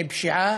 מפשיעה,